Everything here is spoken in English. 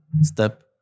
step